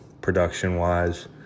production-wise